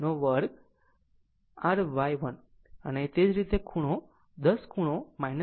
આમ તે r 10 ખૂણો 53